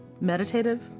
meditative